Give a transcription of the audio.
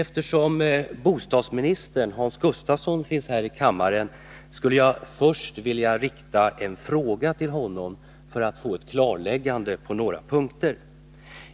Eftersom bostadsministern finns här i kammaren, skulle jag dock först vilja rikta en fråga till honom för att få ett klarläggande på några punkter.